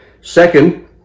Second